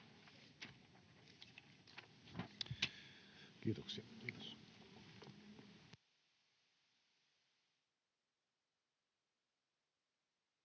Kiitokset